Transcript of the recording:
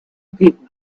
people